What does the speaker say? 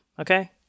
okay